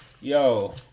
Yo